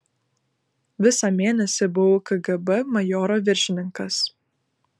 visą mėnesį buvau kgb majoro viršininkas